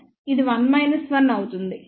ఇది 1 1 అవుతుంది